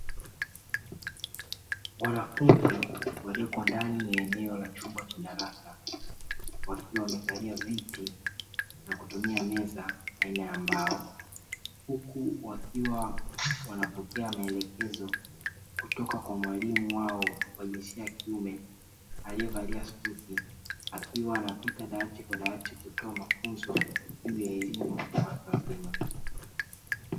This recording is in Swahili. Wanafunzi walioko ndani ya eneo la chumba cha darasa, wakiwa wamekalia viti na kutumia meza aina ya mbao. Huku wakiwa wanapokea maelekezo kutoka kwa mwalimu wao wa jinsia ya kiume aliyevalia suti, akiwa anapita dawati kwa dawati kutoa mafunzo juu ya elimu ya watu wazima.